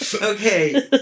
Okay